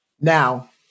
Now